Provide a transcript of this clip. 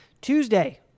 Tuesday